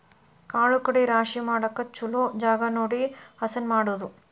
ಕಾಳು ಕಡಿ ರಾಶಿ ಮಾಡಾಕ ಚುಲೊ ಜಗಾ ನೋಡಿ ಹಸನ ಮಾಡುದು